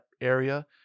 area